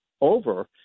over